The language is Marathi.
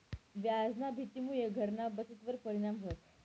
व्याजना भीतीमुये घरना बचतवर परिणाम व्हस